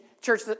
church